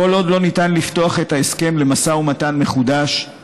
כל עוד לא ניתן לפתוח את ההסכם למשא ומתן מחודש,